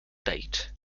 date